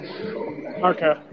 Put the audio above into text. Okay